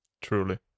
Truly